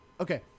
okay